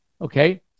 Okay